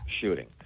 shooting